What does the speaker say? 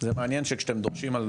זה מעניין שכשאתם דורשים על